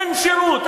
אין שירות.